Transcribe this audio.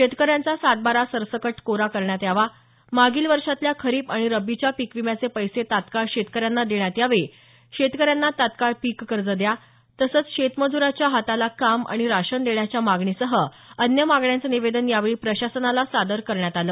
शेतकऱ्यांचा सातबारा सरसकट कोरा करण्यात यावा मागील वर्षातल्या खरीप आणि रब्बीच्या पीकविम्याचे पैसे तत्काळ शेतकऱ्यांना देण्यात यावे शेतकऱ्यांना तत्काळ पीककर्ज द्या तसंच शेतमुजराच्या हाताला काम आणि राशन देण्याच्या मागणीसह अन्य मागण्यांचं निवेदन यावेळी प्रशासनाला सादर करण्यात आलं